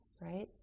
right